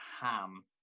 Ham